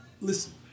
listen